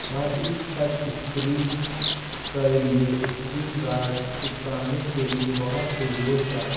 میں اس touch screen کے لیے اسکرین گارڈ چپکانے کے لیے بہت پرجوش تھا